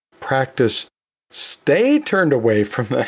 practice stay turned away from them,